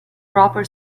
proper